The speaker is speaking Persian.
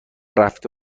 رفته